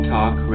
Talk